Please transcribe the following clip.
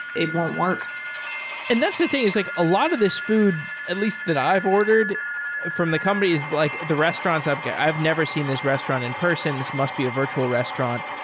it won't work and that's the thing, is like a lot of this food at least that i've ordered from the company is like the restaurants i've yeah i've never seen this restaurant in-person. this must be a virtual restaurant.